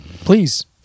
Please